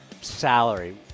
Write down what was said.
salary